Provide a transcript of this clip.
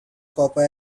copper